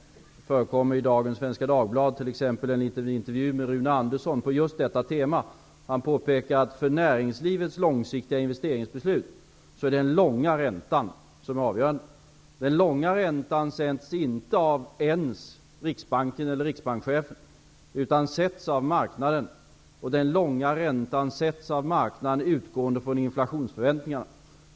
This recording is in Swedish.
I Svenska Dagbladet av i dag finns det bl.a. en liten intervju med Rune Andersson om just detta tema. Han påpekar att för näringslivets långsiktiga investeringsbeslut är det den långa räntan som är avgörande. Den långa räntan sänks inte ens av Riksbanken eller riksbankschefen, utan den sätts av marknaden utgående från inflationsförväntningarna.